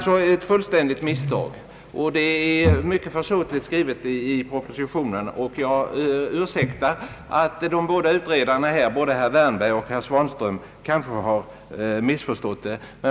Både herr Wärnberg och herr Svanström gör sig skyldiga till ett misstag på denna punkt. Det är ursäktligt, ty propositionens text är mycket försåtlig.